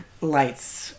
lights